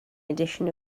edition